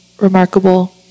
remarkable